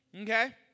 Okay